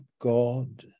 God